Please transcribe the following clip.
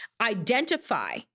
identify